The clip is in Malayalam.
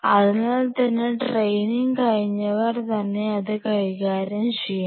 അതിനാൽ തന്നെ ട്രെയിനിങ് കഴിഞ്ഞവർ തന്നെ അത് കൈകാര്യം ചെയ്യണം